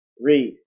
Read